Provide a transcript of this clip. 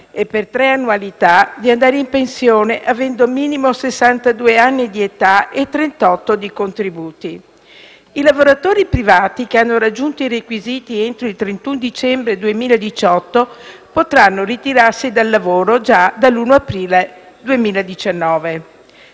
e per tre annualità, di andare in pensione avendo un minimo di sessantadue anni di età e trentotto di contributi. I lavoratori privati che hanno raggiunto i requisiti entro il 31 dicembre 2018 potranno ritirarsi dal lavoro già dal 1° aprile 2019.